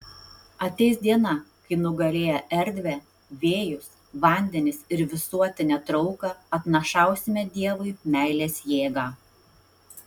ateis diena kai nugalėję erdvę vėjus vandenis ir visuotinę trauką atnašausime dievui meilės jėgą